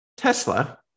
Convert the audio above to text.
Tesla